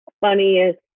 funniest